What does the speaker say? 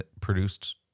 produced